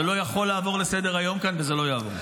זה לא יכול לעבור לסדר-היום כאן וזה לא יעבור.